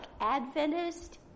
Adventist